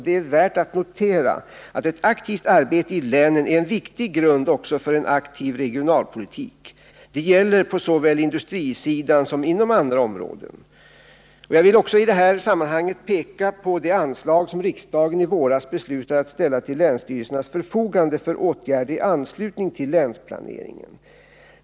Det är värt att notera att ett aktivt arbete i länen är en viktig grund för en aktiv regionalpolitik. Det gäller såväl på industrisidan som inom andra områden. Jag vill i detta sammanhang också peka på det anslag som riksdagen i våras beslöt att ställa till länsstyrelsernas förfogande för åtgärder i anslutning till länsplaneringen.